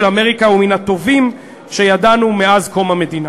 אמריקה הוא מן הטובים שידענו מאז קום המדינה.